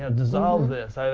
ah dissolve this,